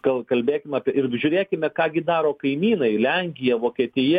gal kalbėkim apie ir žiūrėkime ką gi daro kaimynai lenkija vokietija